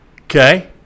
Okay